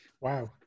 Wow